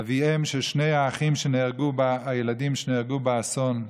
אביהם של שני הילדים שנהרגו באסון,